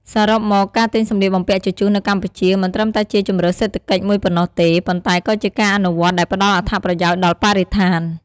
សរុបមក ការទិញសម្លៀកបំពាក់ជជុះនៅកម្ពុជា មិនត្រឹមតែជាជម្រើសសេដ្ឋកិច្ចមួយប៉ុណ្ណោះទេ ប៉ុន្តែក៏ជាការអនុវត្តន៍ដែលផ្ដល់អត្ថប្រយោជន៍ដល់បរិស្ថាន។